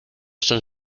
son